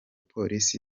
polisi